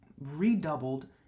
redoubled